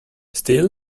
still